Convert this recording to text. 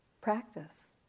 practice